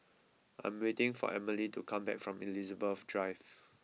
I am waiting for Emilie to come back from Elizabeth Drive